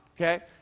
Okay